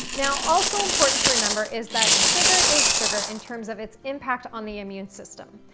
now, also important to remember is that sugar is sugar in terms of its impact on the immune system.